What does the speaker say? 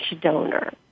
donor